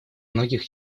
многих